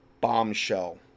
bombshell